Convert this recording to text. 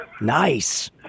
Nice